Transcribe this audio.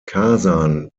kasan